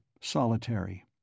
solitary